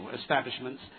establishments